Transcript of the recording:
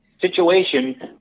situation